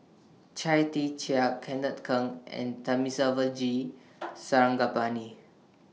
Chia Tee Chiak Kenneth Keng and Thamizhavel G Sarangapani